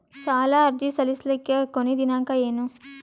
ಸಾಲ ಅರ್ಜಿ ಸಲ್ಲಿಸಲಿಕ ಕೊನಿ ದಿನಾಂಕ ಏನು?